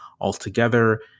altogether